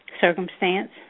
circumstance